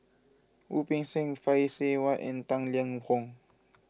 Wu Peng Seng Phay Seng Whatt and Tang Liang Hong